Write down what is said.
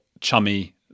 chummy